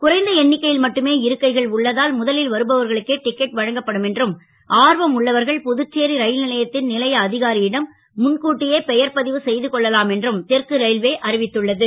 குறைந்த எண்ணிக்கை ல் மட்டுமே இருக்கைகள் உள்ளதால் முதலில் வருபவர்களுக்கே டிக்கெட் வழங்கப்படும் என்றும் ஆர்வம் உள்ளவர்கள் புதுச்சேரி ரால் லையத் ன் லைய அ காரி டம் முன்கூட்டியே பெயர்ப் ப வு செ து கொள்ளலாம் என்றும் தெற்கு ர ல்வே அறிவித்துள்ள து